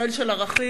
ישראל של ערכים,